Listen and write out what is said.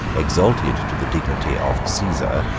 exalted to the dignity of caesar,